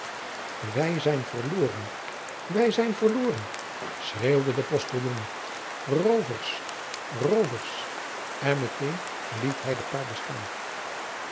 ij zijn verloren wij zijn verloren schreeuwde de ostiljon oovers oovers en meteen liet hij de paarden staan